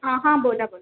हा हा बोला बोला